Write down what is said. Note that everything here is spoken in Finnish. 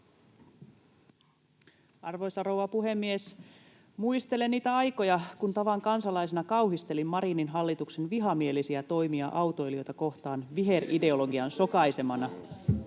Arvoisa rouva puhemies! Muistelen niitä aikoja, kun tavan kansalaisena kauhistelin Marinin hallituksen vihamielisiä toimia autoilijoita kohtaan viherideologian sokaisemana.